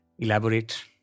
Elaborate